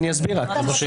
מדובר.